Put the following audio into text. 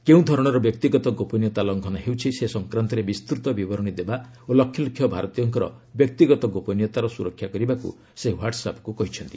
କେଉଁ ଧରଣର ବ୍ୟକ୍ତିଗତ ଗୋପନୀୟତା ଲଙ୍ଘନ ହୋଇଛି ସେ ସଂକ୍ରାନ୍ତରେ ବିସ୍ତୃତ ବିବରଣୀ ଦେବା ଓ ଲକ୍ଷଲକ୍ଷ ଭାରତୀୟଙ୍କର ବ୍ୟକ୍ତିଗତ ଗୋପନୀୟତାର ସୁରକ୍ଷା କରିବାକୁ ସେ ହ୍ୱାଟ୍ସ ଆପ୍କୁ କହିଛନ୍ତି